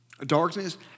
Darkness